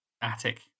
Attic